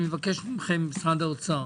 מבקש מכם משרד האוצר